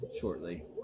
shortly